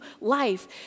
life